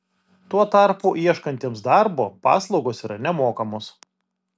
tuo tarpu ieškantiems darbo paslaugos yra nemokamos